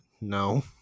No